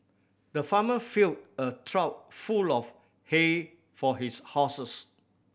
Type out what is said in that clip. the farmer filled a trough full of hay for his horses